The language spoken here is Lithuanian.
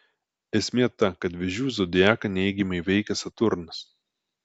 esmė ta kad vėžių zodiaką neigiamai veikia saturnas